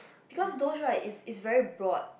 because those right it's it's very broad